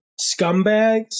scumbags